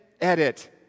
edit